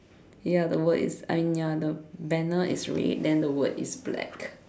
ya the word is I mean ya the banner is red then the word is black